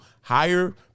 hire